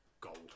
gold